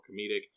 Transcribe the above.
comedic